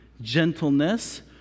gentleness